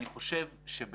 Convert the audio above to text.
אני רוצה להתייחס למה